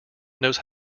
knows